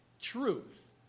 truth